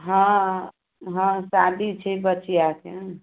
हँऽ हँ शादी छै बचिआके